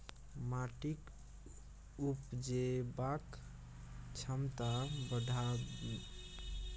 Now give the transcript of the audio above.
माटिक उपजेबाक क्षमता बढ़ेबाक लेल माटिमे कंडीशनर मिलाएल जाइत छै